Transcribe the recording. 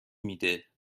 میده